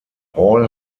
hall